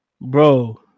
bro